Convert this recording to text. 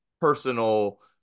personal